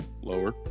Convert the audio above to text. Lower